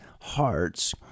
hearts